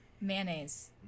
mayonnaise